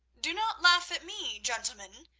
do not laugh at me, gentlemen,